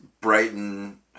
Brighton